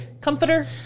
comforter